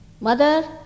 Mother